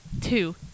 two